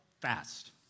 fast